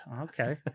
Okay